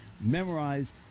memorize